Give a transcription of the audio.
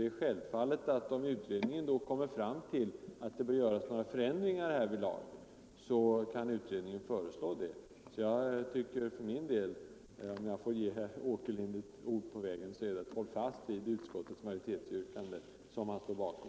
Det är självfallet att om utredningen då kommer fram till att det bör göras några förändringar beträffande dödsbegreppet, så kan utredningen föreslå det. Om jag får ge herr Åkerlind ett ord på vägen vill jag därför säga: Håll fast vid utskottets hemställan, som herr Åkerlind står bakom!